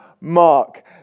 Mark